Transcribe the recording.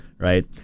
Right